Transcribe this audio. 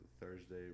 Thursday